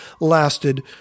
lasted